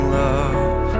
love